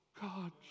God